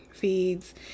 feeds